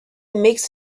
makes